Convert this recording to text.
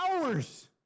hours